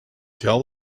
tell